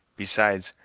besides,